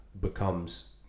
becomes